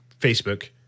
facebook